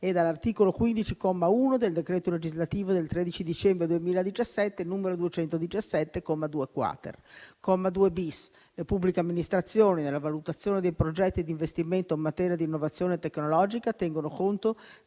e dall'articolo 15, comma 1 del decreto legislativo del 13 dicembre 2017, n. 217, comma 2-*quater*: «2-*bis*. Le pubbliche amministrazioni nella valutazione dei progetti di investimento in materia di innovazione tecnologica tengono conto